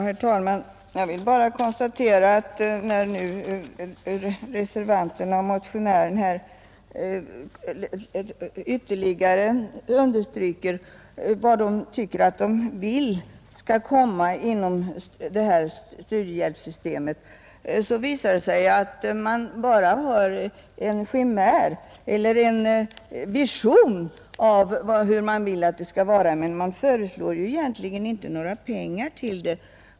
Herr talman! När nu reservanterna och motionären här ytterligare understryker vad de vill åstadkomma inom studiehjälpssystemet visar det sig att man bara har en vision av hur man vill att det skall vara, men man föreslår egentligen inte några pengar till det.